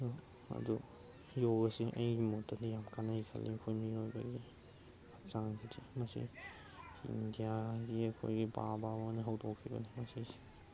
ꯑꯗꯨ ꯌꯣꯒꯥꯁꯤ ꯑꯩꯒꯤ ꯃꯣꯠꯇꯗꯤ ꯌꯥꯝ ꯀꯥꯟꯅꯩ ꯈꯜꯂꯤ ꯑꯩꯈꯣꯏ ꯃꯤꯑꯣꯏꯕꯒꯤ ꯍꯛꯆꯥꯡꯁꯤꯗꯤ ꯃꯁꯤ ꯏꯟꯗꯤꯌꯥꯒꯤ ꯑꯩꯈꯣꯏꯒꯤ ꯕꯥꯕꯥ ꯍꯣꯏꯅ ꯍꯧꯗꯣꯛꯈꯤꯕꯅꯤ ꯃꯁꯤꯁꯤ